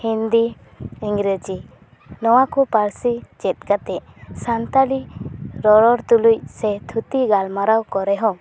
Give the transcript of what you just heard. ᱦᱤᱱᱫᱤ ᱤᱝᱨᱮᱡᱤ ᱱᱚᱣᱟ ᱠᱚ ᱯᱟᱹᱨᱥᱤ ᱪᱮᱫ ᱠᱟᱛᱮᱫ ᱥᱟᱱᱛᱟᱞᱤ ᱨᱚᱨᱚᱲ ᱛᱩᱞᱩᱡ ᱥᱮ ᱛᱷᱩᱛᱤ ᱜᱟᱞᱢᱟᱨᱟᱣ ᱠᱚᱨᱮ ᱦᱚᱸ